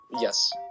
Yes